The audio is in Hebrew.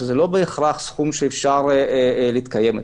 שזה לא בהכרח סכום שאפשר להתקיים איתו.